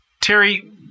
Terry